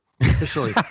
officially